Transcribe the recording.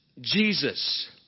Jesus